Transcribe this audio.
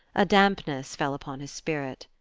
a dampness fell upon his spirit.